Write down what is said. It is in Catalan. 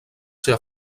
ser